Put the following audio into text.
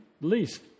least